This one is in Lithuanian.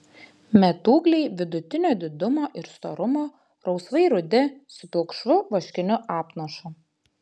metūgliai vidutinio didumo ir storumo rausvai rudi su pilkšvu vaškiniu apnašu